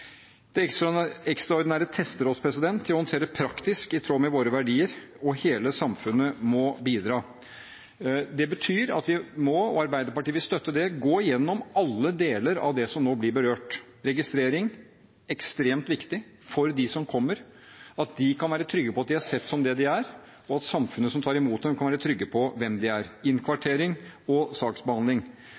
Det ekstraordinære tester oss til å håndtere det praktisk – i tråd med våre verdier – og hele samfunnet må bidra. Det betyr at vi må – og Arbeiderpartiet vil støtte det – gå igjennom alle deler av det som nå blir berørt: registrering, ekstremt viktig, av dem som kommer, at de kan være trygge på at de er sett som den de er, og at samfunnet som tar imot dem, kan være trygge på hvem de er, innkvartering og saksbehandling.